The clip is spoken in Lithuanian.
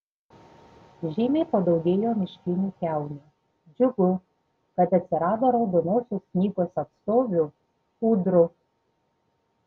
žymiai padaugėjo miškinių kiaunių džiugu kad atsirado raudonosios knygos atstovių ūdrų